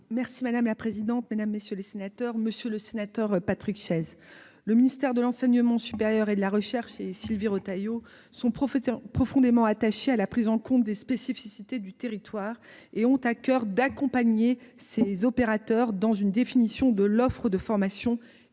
Merci madame la présidente, mesdames, messieurs les sénateurs, monsieur le sénateur Patrick Chaize, le ministère de l'enseignement supérieur et de la recherche et Sylvie Retailleau son professeur profondément attachés à la prise en compte des spécificités du territoire et ont à coeur d'accompagner ces opérateurs dans une définition de l'offre de formation qui correspond